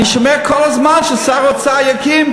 אני שומע כל הזמן ששר האוצר יקים,